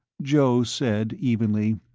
joe said evenly,